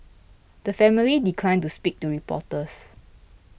the family declined to speak to reporters